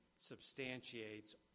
substantiates